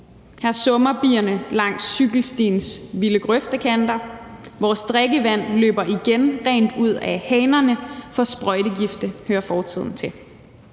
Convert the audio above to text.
Her summer bierne langs cykelstiens vilde grøftekanter, vores drikkevand løber igen rent ud af hanerne, for sprøjtegifte hører fortiden til.